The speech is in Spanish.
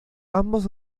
ambos